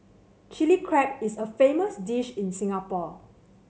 Chilli Crab is a famous dish in Singapore